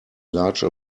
large